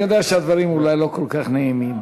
אני יודע שהדברים אולי לא כל כך נעימים,